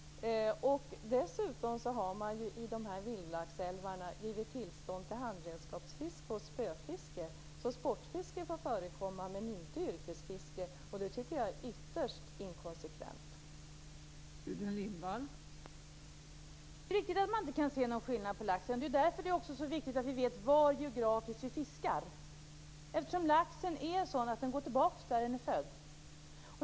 Det är därför som det också är så viktigt att man vet var geografiskt man fiskar. Laxen går ju tillbaka dit den är född.